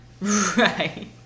Right